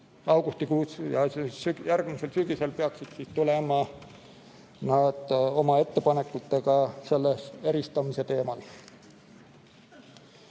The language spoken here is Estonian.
Augustikuus ja järgmisel sügisel peaksid nad tulema välja oma ettepanekutega eristamise teemal.